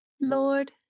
Lord